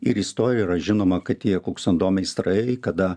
ir istorijoje yra žinoma kad tie kuksando meistrai kada